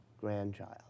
grandchild